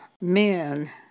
men